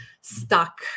stuck